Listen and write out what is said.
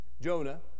Jonah